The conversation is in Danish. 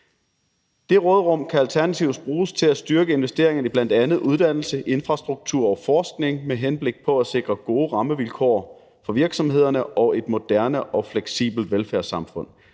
Det råderum kan alternativt bruges til at styrke investering i bl.a. uddannelse, infrastruktur og forskning med henblik på at sikre gode rammevilkår for virksomhederne og et moderne og fleksibelt velfærdssamfund,